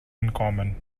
uncommon